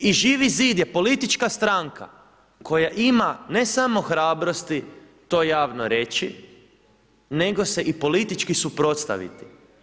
I Živi zid je politička stranka koja ima ne samo hrabrosti to javno reći nego se i politički suprotstaviti.